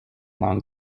long